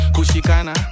Kushikana